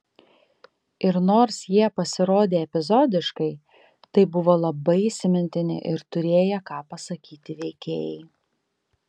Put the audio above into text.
ir nors jie pasirodė epizodiškai tai buvo labai įsimintini ir turėję ką pasakyti veikėjai